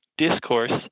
discourse